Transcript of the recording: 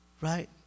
right